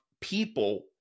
people